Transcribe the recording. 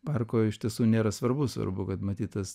parko iš tiesų nėra svarbu svarbu kad matyt tas